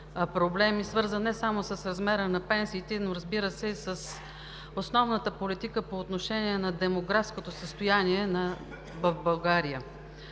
проблеми, свързани не само с размера на пенсиите, но, разбира се, и с основната политика по отношение на демографското състояние на България.